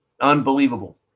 unbelievable